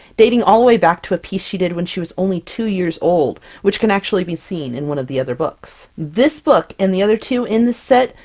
dating all the way back to a piece she did when she was only two years old! which can actually be seen in one of the other books. this book, and the other two in the set,